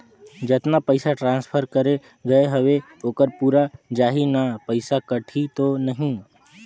जतना पइसा ट्रांसफर करे गये हवे ओकर पूरा जाही न पइसा कटही तो नहीं?